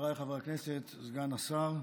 חבריי חברי הכנסת, סגן השר,